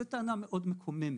זו טענה מאוד מקוממת.